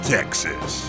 Texas